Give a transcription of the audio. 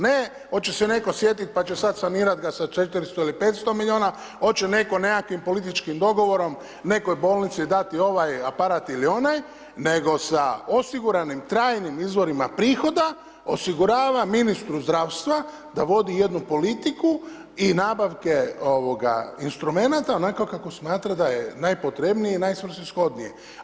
Ne oče se netko sjetit pa će sad sanirat ga sa 400 ili 500 miliona, oče neko nekakvim političkim dogovorom nekoj bolnici dati ovaj aparat ili onaj, nego sa osiguranim trajnim izvorima prihoda osigurava ministra zdravstva da vodi jednu politiku i nabavke instrumenata onako kako smatra da je najpotrebnije i najsvrsishodnije.